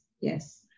yes